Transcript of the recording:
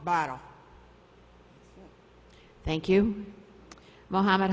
bottle thank you mohamed